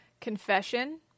Confession